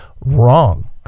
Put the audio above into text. wrong